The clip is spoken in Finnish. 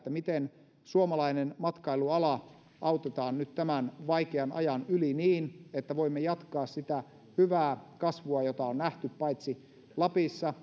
miten suomalainen matkailuala autetaan nyt tämän vaikean ajan yli niin että voimme jatkaa sitä hyvää kasvua jota on nähty paitsi lapissa